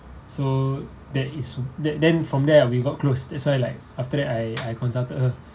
so that is then then from there we got close that's why like after that I I consulted her